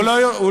אל תדאג,